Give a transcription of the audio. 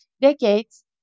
decades